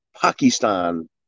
Pakistan